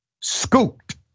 scooped